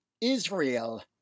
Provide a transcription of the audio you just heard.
Israel